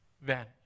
vanish